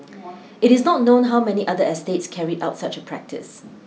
it is not known how many other estates carried out such a practice